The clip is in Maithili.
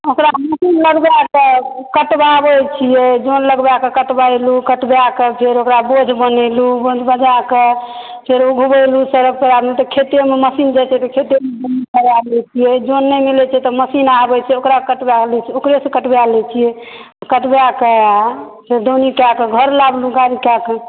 ओकरा मशीन लगबैकऽ कटबाबै छियै जन लगबैकऽ कटबेलहुॅं कटिबाकऽ फेर ओकरा बोझ बनेलहुॅं बोझ बनाकऽ फेर उघबेलहुॅं सड़क पर आनलहुॅं तऽ खेतेमे मशीन रहै छै तऽ खेतेमे लगा दै छियै जन नहि मिलै छै तऽ मशीन आबै छै ओकरेसॅं कटबा लै छियै कटबाके फेर दौनी कए कऽ घर आनलहुॅं गाड़ी कए कऽ